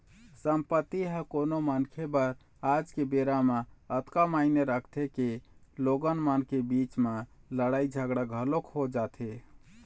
संपत्ति ह कोनो मनखे बर आज के बेरा म अतका मायने रखथे के लोगन मन के बीच म लड़ाई झगड़ा घलोक हो जाथे